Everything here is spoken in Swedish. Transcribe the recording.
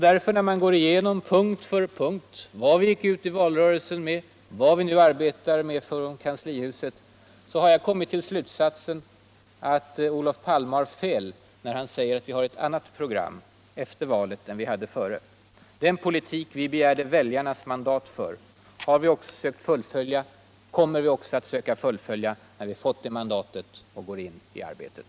När jag gåll igenom, punkt för punkt, vad vi gick ut med i valtrörelsen och vad vi nu arbetar med från kanslihuset har jag kommit till slutsatsen att Olof Palme har fel när han säger att vi har eu annat program efter valet än före. Den politik vi begärt väljarnas mandat för kommer vi också att försöka fullfölja när vi har fått det mandatet och går in i arbetet.